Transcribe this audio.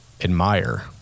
admire